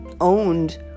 owned